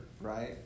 right